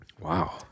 Wow